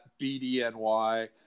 bdny